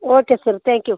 okay sir thank you